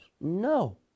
no